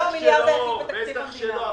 בטח שלא.